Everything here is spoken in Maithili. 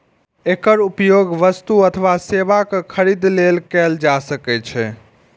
एकर उपयोग वस्तु अथवा सेवाक खरीद लेल कैल जा सकै छै